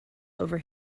over